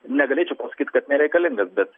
negalėčiau pasakyt kad nereikalingas bet